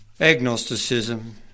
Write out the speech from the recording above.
Agnosticism